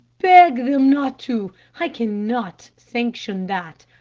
beg them not to. i cannot sanction that.